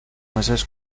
meses